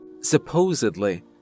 supposedly